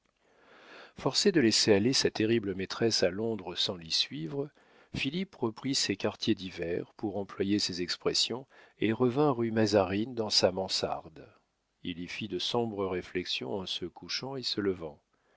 forcé de laisser aller sa terrible maîtresse à londres sans l'y suivre philippe reprit ses quartiers d'hiver pour employer ses expressions et revint rue mazarine dans sa mansarde il y fit de sombres réflexions en se couchant et se levant